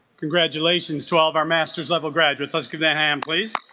congratulations twelve hour masters level graduates let's give yeah and please